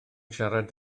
siarad